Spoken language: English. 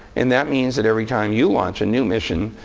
and that means that every time you launch a new mission,